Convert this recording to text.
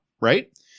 right